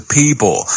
people